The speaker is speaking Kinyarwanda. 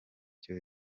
cyo